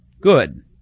Good